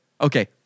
Okay